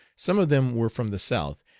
some of them were from the south,